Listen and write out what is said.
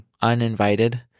uninvited